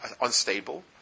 unstable